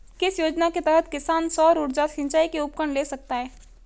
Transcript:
किस योजना के तहत किसान सौर ऊर्जा से सिंचाई के उपकरण ले सकता है?